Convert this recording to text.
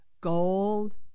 gold